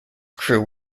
crew